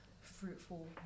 fruitful